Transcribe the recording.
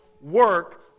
work